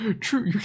true